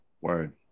Word